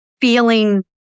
feeling